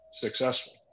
successful